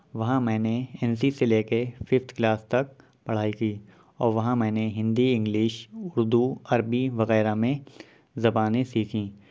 وہاں میں نے این سی سے لے کے ففتھ کلاس تک پڑھائی کی اور وہاں میں نے ہندی انگلش اردو عربی وغیرہ میں زبانیں سیکھیں